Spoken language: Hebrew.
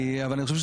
אבל אני חושב,